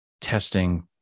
testing